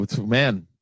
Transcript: man